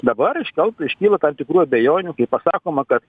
dabar iškelt iškyla tam tikrų abejonių kai pasakoma kad